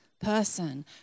person